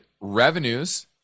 revenues